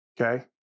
Okay